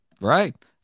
Right